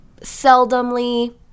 seldomly